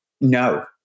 no